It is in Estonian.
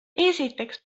esiteks